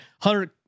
hundred